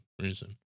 reason